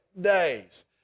days